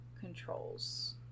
Controls